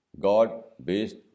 God-based